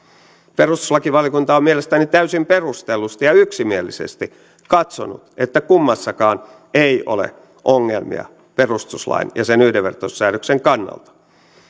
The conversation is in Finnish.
perustuslakivaliokunta on mielestäni täysin perustellusti ja yksimielisesti katsonut että kummassakaan ei ole ongelmia perustuslain ja sen yhdenvertaisuussäädöksen kannalta